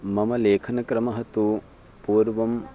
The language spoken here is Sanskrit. मम लेखनक्रमः तु पूर्वं